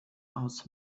aus